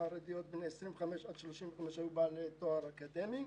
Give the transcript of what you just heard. מהחרדיות בגילאי 25-35 היו בעלי תואר אקדמי.